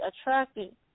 attracted